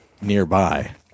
nearby